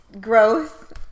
growth